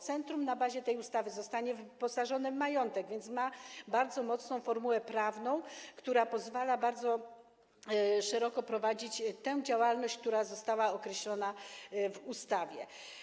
Centrum na bazie tej ustawy zostanie wyposażone w majątek, więc ma bardzo mocną formułę prawną, która pozwala bardzo szeroko prowadzić tę działalność, która została określona w ustawie.